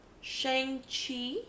Shang-Chi